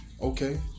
okay